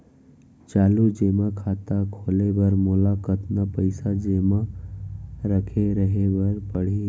चालू जेमा खाता खोले बर मोला कतना पइसा जेमा रखे रहे बर पड़ही?